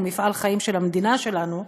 הוא מפעל חיים של המדינה שלנו.